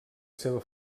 seva